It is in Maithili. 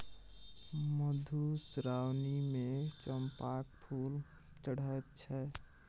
मधुश्रावणीमे चंपाक फूल चढ़ैत छै